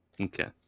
Okay